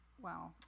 Wow